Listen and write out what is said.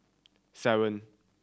seven